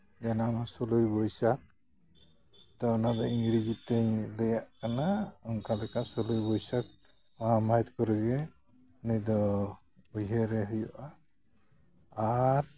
ᱚᱱᱟ ᱢᱟ ᱥᱳᱞᱳᱭ ᱵᱳᱭᱥᱟᱠᱷ ᱛᱳ ᱚᱱᱟᱫᱚ ᱤᱝᱨᱮᱡᱤ ᱛᱤᱧ ᱞᱟᱹᱭᱟᱜ ᱠᱟᱱᱟ ᱚᱱᱠᱟ ᱞᱮᱠᱟ ᱥᱳᱞᱳᱭ ᱵᱳᱭᱥᱟᱠᱷ ᱱᱚᱣᱟ ᱢᱟᱹᱦᱤᱛ ᱠᱚᱨᱮᱜᱮ ᱩᱱᱤᱫᱚ ᱩᱭᱦᱟᱹᱨᱮ ᱦᱩᱭᱩᱜᱼᱟ ᱟᱨ